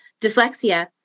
dyslexia